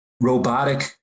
robotic